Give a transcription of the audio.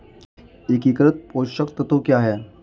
एकीकृत पोषक तत्व क्या है?